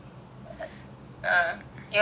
mm நல்லா இருந்துச்சு:nallaa irunthuchu